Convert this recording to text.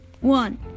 one